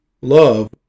Love